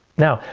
now,